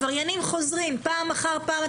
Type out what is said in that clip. שעבריינים חוזרים פעם אחר פעם.